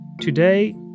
Today